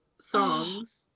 songs